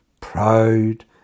proud